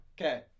Okay